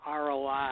ROI